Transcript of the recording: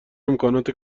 امکانات